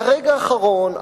ברגע האחרון,